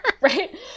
Right